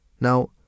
Now